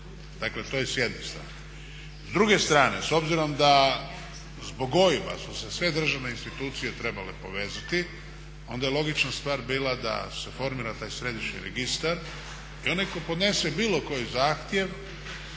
dakle to je s jedne strane. S druge strane s obzirom da zbog OIB-a su se sve državne institucije trebale povezati onda je logična stvar bila da se formira taj središnji registar i onaj tko podnese bilo koji zahtjev